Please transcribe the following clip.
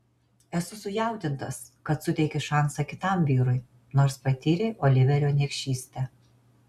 esu sujaudintas kad suteiki šansą kitam vyrui nors patyrei oliverio niekšystę